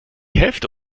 hälfte